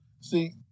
See